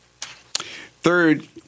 Third